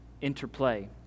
interplay